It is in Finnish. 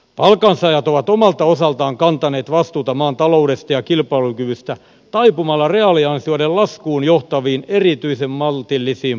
palkansaajat ovat omalta osaltaan kantaneet vastuuta maan taloudesta ja kilpailukyvystä taipumalla reaaliansioiden laskuun johtaviin erityisen maltillisiin palkankorotuksiin